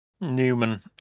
Newman